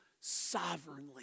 sovereignly